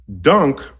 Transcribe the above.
dunk